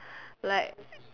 like